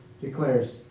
declares